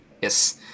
Yes